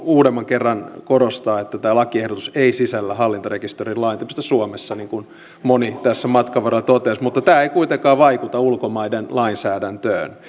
uudemman kerran korostaa että tämä lakiehdotus ei sisällä hallintarekisteröinnin laajentamista suomessa niin kuin moni tässä matkan varrella totesi mutta tämä ei kuitenkaan vaikuta ulkomaiden lainsäädäntöön